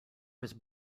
was